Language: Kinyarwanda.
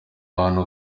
ahantu